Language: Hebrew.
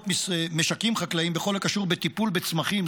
משקים חקלאיים בכל הקשור בטיפול בצמחים,